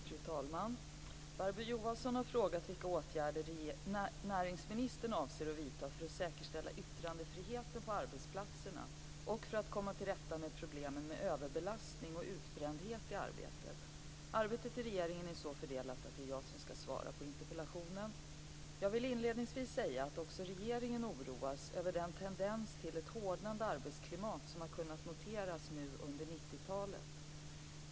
Fru talman! Barbro Johansson har frågat vilka åtgärder näringsministern avser att vidta för att säkerställa yttrandefriheten på arbetsplatserna och för att komma till rätta med problemen med överbelastning och utbrändhet i arbetet. Arbetet i regeringen är så fördelat att det är jag som skall svara på interpellationen. Jag vill inledningsvis säga att också regeringen oroas över den tendens till ett hårdnande arbetsklimat som har kunnat noteras under 1990-talet.